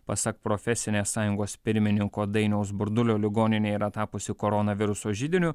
pasak profesinės sąjungos pirmininko dainiaus burdulio ligoninė yra tapusi koronaviruso židiniu